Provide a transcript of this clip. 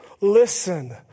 Listen